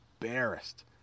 embarrassed